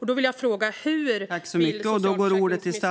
Hur vill socialförsäkringsministern göra detta?